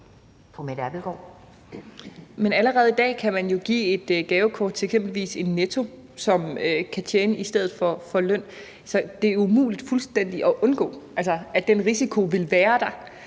Men allerede i dag kan man jo give et gavekort til f.eks. Netto i stedet for løn, så det er umuligt fuldstændig at undgå den risiko. Nogle